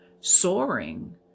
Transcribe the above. soaring